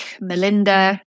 Melinda